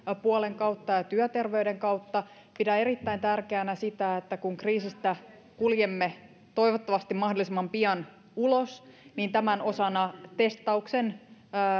puolen kautta ja työterveyden kautta pidän erittäin tärkeänä sitä että kun kriisistä kuljemme toivottavasti mahdollisimman pian ulos niin tämän osana testauksen